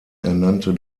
ernannte